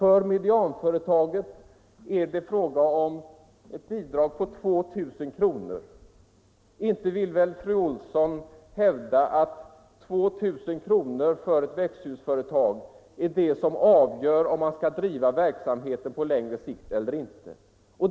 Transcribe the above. För medianföretaget är det fråga om ett bidrag på 2 000 kr. Inte vill väl fru Olsson i Helsingborg hävda att 2 000 kr. för ett växthusföretag avgör om man skall driva verksamheten på längre sikt eller inte.